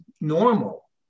normal